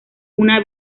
una